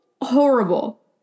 horrible